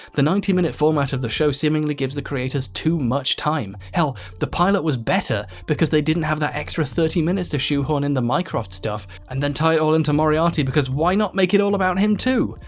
the ninety minute format of the show seemingly gives the creator's too much time. hell, the pilot was better because they didn't have that extra thirty minutes to shoehorn in the mycroft stuff and then tie it all in to moriarty. because why not make it all about him too?